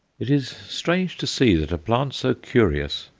it is strange to see that a plant so curious,